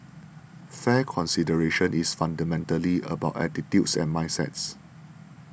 fair consideration is fundamentally about attitudes and mindsets